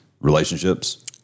relationships